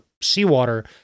seawater